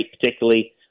particularly